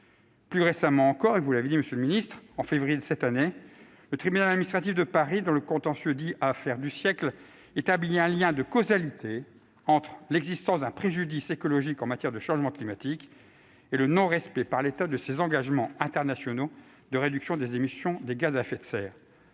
l'accord de Paris. Plus récemment, en février dernier, le tribunal administratif de Paris, dans le contentieux de « l'affaire du siècle », a établi un lien de causalité entre l'existence d'un préjudice écologique en matière de changement climatique et le non-respect par l'État de ses engagements internationaux de réduction des émissions de gaz à effet de serre.